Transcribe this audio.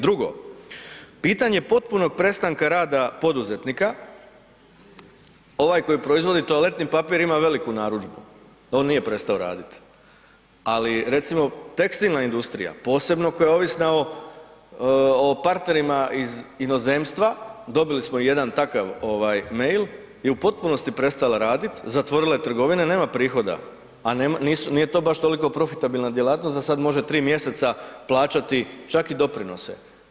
Drugo, pitanje potpunog prestanka rada poduzetnika, ovaj koji proizvodi toaletni papir ima veliku narudžbu, on nije prestao raditi, ali recimo tekstilna industrija, posebno koja je ovisna o partnerima iz inozemstva, dobili smo jedan takav ovaj mail je u potpunosti prestala radit, zatvorila je trgovine jer nema prihoda, a nisu, nije to baš toliko profitabilna djelatnost da sad može 3 mjeseca plaćati čak i doprinose.